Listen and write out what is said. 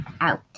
out